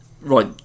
Right